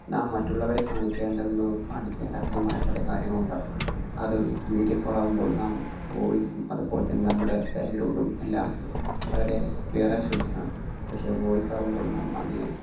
നാം മറ്റുള്ളവരെ കാണിക്കേണ്ടതെന്നും കാണിക്കേണ്ടാത്തതുമായ പല കാര്യങ്ങളുണ്ടാകും അത് വീഡിയോ കോൾ ആകുമ്പോൾ നാം വോയിസും അതു പോലെ തന്നെ നമ്മുടെ ബാക്ക്ഗ്രൗണ്ടും എല്ലാം വളരെ ക്ലിയറായി ശ്രദ്ധിക്കണം പക്ഷെ വോയിസ് ആകുമ്പോൾ നാം അതിന്